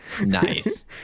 nice